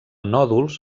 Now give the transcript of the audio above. nòduls